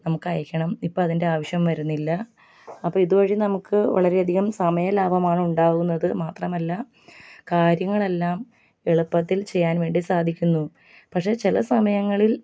നമുക്ക് അയക്കണം ഇപ്പോൾ അതിൻ്റെ ആവശ്യം വരുന്നില്ല അപ്പം ഇതുവഴി നമുക്ക് വളരെയധികം സമയം ലാഭമാണ് ഉണ്ടാകുന്നത് മാത്രമല്ല കാര്യങ്ങളെല്ലാം എളുപ്പത്തിൽ ചെയ്യാൻ വേണ്ടി സാധിക്കുന്നു പക്ഷേ ചില സമയങ്ങളിൽ